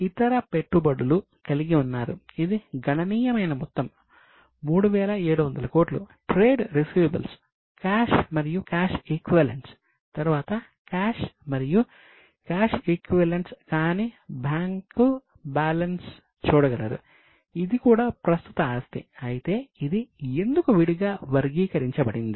ఇప్పుడు current assets అయితే ఇది ఎందుకు విడిగా వర్గీకరించబడింది